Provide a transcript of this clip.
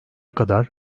kadar